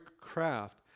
craft